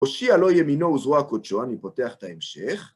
הושיע לו ימינו וזרוע קודשו, אני פותח את ההמשך.